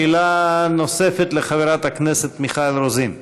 שאלה נוספת לחברת הכנסת מיכל רוזין.